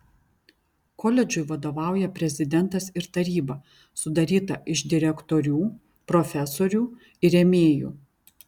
koledžui vadovauja prezidentas ir taryba sudaryta iš direktorių profesorių ir rėmėjų